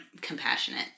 compassionate